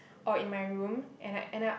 or in my room and I end up